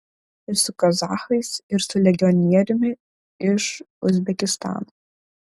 ir su kazachais ir su legionieriumi iš uzbekistano